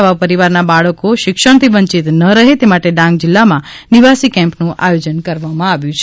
આવા પરિવારના બાળકો શિક્ષણથી વંચિત ન રહે તે માટે ડાંગ જિલ્લામાં નિવાસી કેમ્પનું આયોજન કરવામાં આવ્યું છે